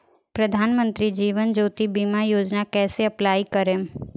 प्रधानमंत्री जीवन ज्योति बीमा योजना कैसे अप्लाई करेम?